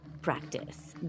practice